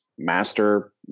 master